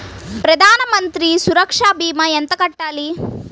ప్రధాన మంత్రి సురక్ష భీమా ఎంత కట్టాలి?